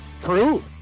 True